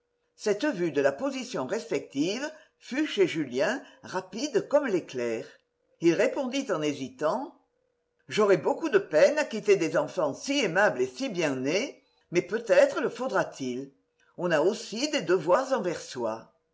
cette vue de la position respective fut chez julien rapide comme l'éclair il répondit en hésitant j'aurais beaucoup de peine à quitter des enfants si aimables et si bien nés mais peut-être le faudra-t-il on a aussi des devoirs envers soi